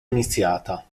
iniziata